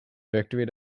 victory